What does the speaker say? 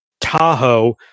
Tahoe